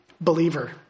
Believer